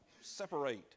separate